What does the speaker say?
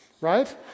right